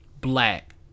black